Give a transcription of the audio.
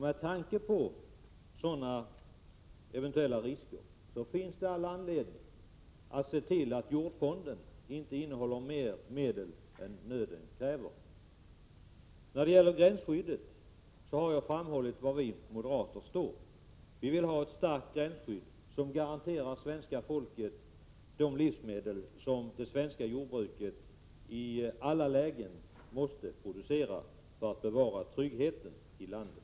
Med tanke på sådana eventuella risker finns det all anledning att se till att jordfonden inte innehåller mer medel än nöden kräver. När det gäller gränsskyddet har jag framhållit var vi moderater står. Vi vill ha ett starkt gränsskydd som garanterar svenska folket de livsmedel som det svenska jordbruket i alla lägen måste producera för att bevara tryggheten i landet.